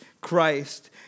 Christ